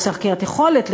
הוא עושה חקירת יכולת,